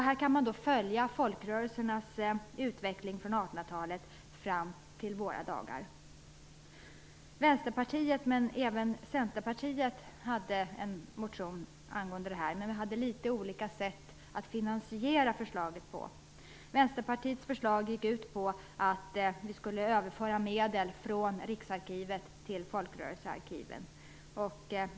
Man kan följa folkrörelsernas utveckling från 1800-talet fram till våra dagar. Både Vänsterpartiet och Centerpartiet hade en motion angående det här. Vi hade dock litet olika sätt att finansiera förslaget på. Vänsterpartiets förslag gick ut på att vi skulle överföra medel från Riksarkivet till folkrörelsearkiven.